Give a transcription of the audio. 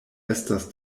estas